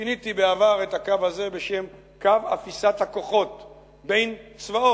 כיניתי בעבר את הקו הזה בשם: קו אפיסת הכוחות של צבאות